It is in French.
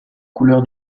couleur